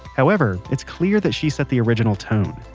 however, it's clear that she set the original tone.